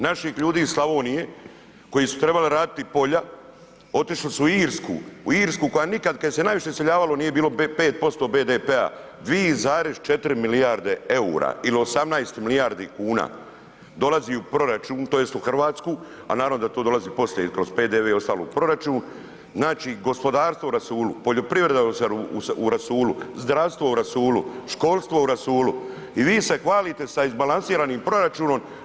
Naših ljudi iz Slavonije, koji su trebali raditi polja, otišli su u Irsku, koja nikad, kad se najviše iseljavalo nije bilo 5% BDP-a, 2,4 milijarde eura ili 18 milijardi kuna dolazi u proračun tj. u Hrvatski, a naravno da to dolazi poslije i kroz PDV i ostalo u proračun, znači gospodarstvo u rasulu, poljoprivreda u rasulu, zdravstvo u rasulu, školstvo u rasulu i vi se hvalite s izbalansiranim proračunom.